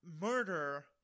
murder